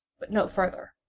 but no farther.